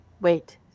Wait